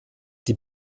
die